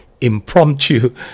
impromptu